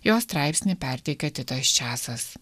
jo straipsnį perteikia titas česas